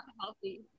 healthy